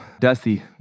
Dusty